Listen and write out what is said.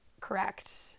Correct